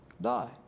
die